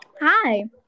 hi